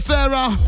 Sarah